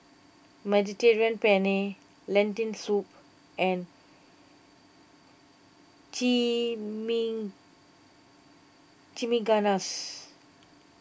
Mediterranean Penne Lentil Soup and Chimichangas